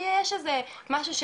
כי יש איזה משהו,